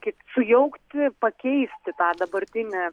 kaip sujaukti pakeisti tą dabartinį